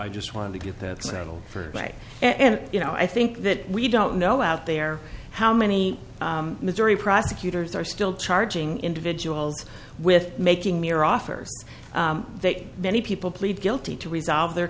i just want to get that settled for right and you know i think that we don't know out there how many missouri prosecutors are still charging individuals with making mere offers that many people plead guilty to resolve their